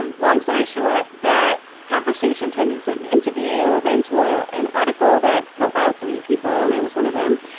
um long story short, that conversation turned into an interview, then to a an article that profiled three people and i was one of them.